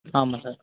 ஆமாம் சார்